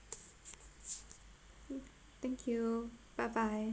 mm thank you bye bye